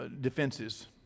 defenses